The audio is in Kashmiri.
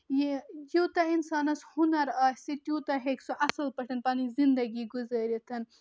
یہٕ یوٗتاہ اِنسانَس ہُنر آسہِ تِیوٗتاہ ہیٚکہِ سُہ اَصٕل پٲٹھۍ پَنٕنۍ زِندگی گُزٲرِتھ